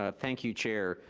ah thank you, chair.